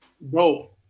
bro